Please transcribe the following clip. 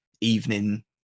evening